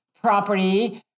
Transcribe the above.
property